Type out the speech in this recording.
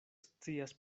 scias